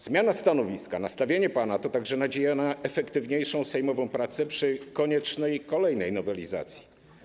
Zmiana stanowiska, nastawienie pana to także nadzieja na efektywniejszą sejmową pracę przy koniecznej kolejnej nowelizacji.